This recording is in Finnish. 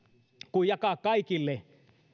kuin jakaa kaikille